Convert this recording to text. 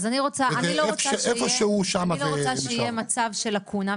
אז אני לא רוצה שיהיה מצב של לקונה,